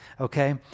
Okay